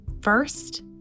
First